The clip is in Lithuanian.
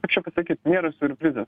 kaip čia pasakyt nėra siurprizas